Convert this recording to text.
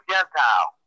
Gentile